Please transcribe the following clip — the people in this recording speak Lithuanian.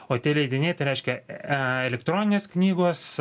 o tie leidiniai tai reiškia elektroninės knygos